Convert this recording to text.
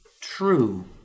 true